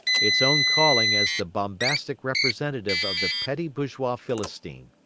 its own calling as the bombastic representative of the petty-bourgeois philistine.